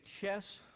chess